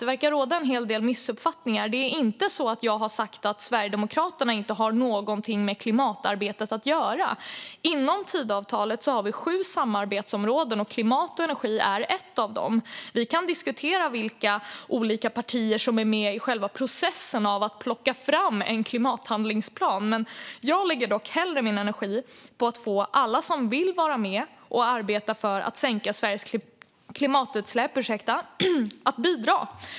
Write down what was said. Det verkar råda en hel del missuppfattningar. Jag har inte sagt att Sverigedemokraterna inte har något med klimatarbetet att göra. Inom Tidöavtalet har vi sju samarbetsområden, och klimat och energi är ett av dem. Vi kan diskutera vilka olika partier som är med i själva processen med att plocka fram en klimathandlingsplan, men jag lägger hellre min energi på att få alla som vill vara med och arbeta för att sänka Sveriges klimatutsläpp att bidra.